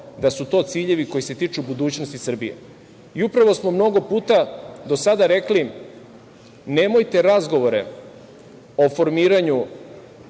da su to ciljevi koji se tiču budućnosti Srbije. Upravo smo mnogo puta do sada rekli – nemojte razgovore o formiranju